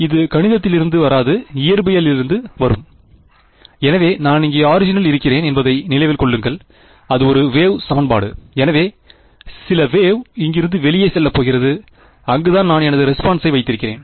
இது கணிதத்திலிருந்து வராது இயற்பியலில் இருந்து வரும் எனவே நான் இங்கே ஆரிஜினில் இருக்கிறேன் என்பதை நினைவில் கொள்ளுங்கள் அது ஒரு வேவ் சமன்பாடு எனவே சில வேவ் இங்கிருந்து வெளியே செல்லப் போகிறது அங்குதான் நான் எனது ரெஸ்பான்ஸை வைத்திருக்கிறேன்